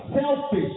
selfish